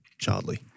childly